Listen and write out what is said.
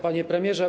Panie Premierze!